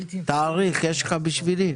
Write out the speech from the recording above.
תאריך יש לך בשבילי?